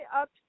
up